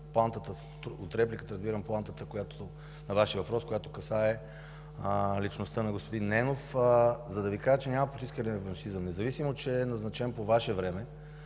от репликата на Вашия въпрос, която касае личността на господин Ненов. За да Ви покажа, че няма политически реваншизъм, независимо че е назначен по Ваше време